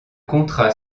contrat